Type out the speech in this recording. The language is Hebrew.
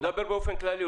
הוא מדבר אופן כללי.